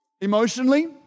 emotionally